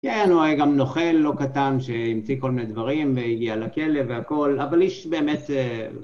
כן, הוא היה גם נוכל, לא קטן, שהמציא כל מיני דברים והגיע לכלב והכל, אבל איש באמת...